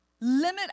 limit